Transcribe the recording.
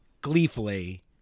gleefully